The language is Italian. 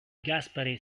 gaspare